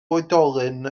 oedolyn